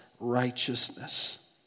righteousness